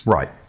Right